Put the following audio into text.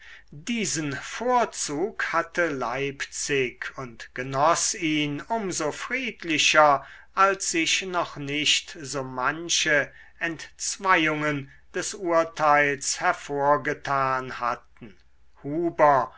diesen vorzug hatte leipzig und genoß ihn um so friedlicher als sich noch nicht so manche entzweiungen des urteils hervorgetan hatten huber